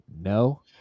no